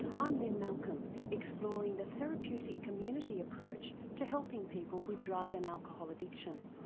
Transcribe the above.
i'm lynne malcolm exploring the therapeutic community approach to helping people with drug and alcohol addiction.